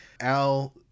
Al